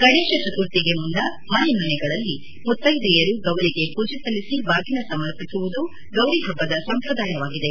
ಗಣೇಶ ಚತುರ್ಥಿಗೆ ಮುನ್ನ ಮನೆಮನೆಗಳಲ್ಲಿ ಮುತ್ತೈದೆಯರು ಗೌರಿಗೆ ಪೂಜೆ ಸಲ್ಲಿಸಿ ಬಾಗಿನ ಸಮರ್ಪಿಸುವುದು ಗೌರಿಹಬ್ಲದ ಸಂಪ್ರದಾಯವಾಗಿದೆ